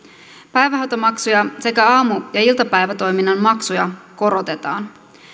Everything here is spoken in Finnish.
päivähoitomaksuja sekä aamu ja iltapäivätoiminnan maksuja korotetaan